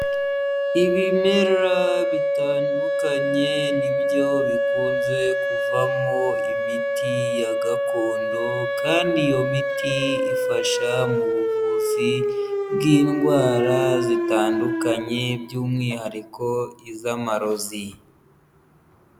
Ibimera bitandukanye nibyo bikunze kuvamo imiti ya gakondo kandi iyo miti ifasha mu buvuzi bw'indwara zitandukanye by'umwihariko iz'amarozi.